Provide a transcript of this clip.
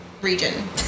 region